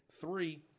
three